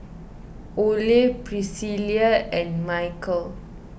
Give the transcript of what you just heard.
Oley Priscilla and Michael